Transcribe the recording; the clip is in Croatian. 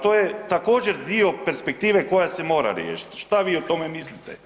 To je također dio perspektive koja se mora riješiti, šta vi o tome mislite?